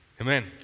Amen